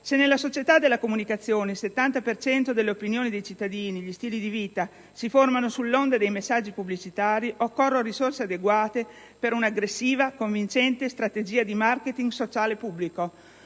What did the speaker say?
Se nella società della comunicazione il 70 per cento delle opinioni dei cittadini, nonché gli stili di vita, si formano sull'onda dei messaggi pubblicitari, occorrono risorse adeguate per una aggressiva, convincente strategia di *marketing* sociale pubblico;